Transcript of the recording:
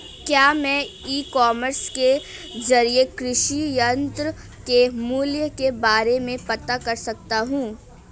क्या मैं e commerce के ज़रिए कृषि यंत्र के मूल्य के बारे में पता कर सकता हूँ?